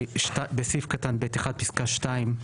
בסעיף קטן (ב)(1), פסקה (2),